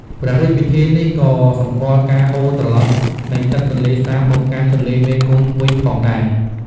ព្រះរាជពិធីនេះក៏សម្គាល់ការហូរត្រឡប់នៃទឹកទន្លេសាបមកកាន់ទន្លេមេគង្គវិញផងដែរ។